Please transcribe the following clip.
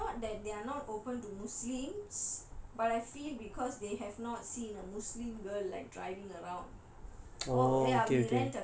err not that they are not open to muslims but I feel because they have not seen a muslim girl like driving around